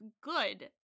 good